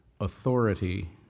authority